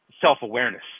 self-awareness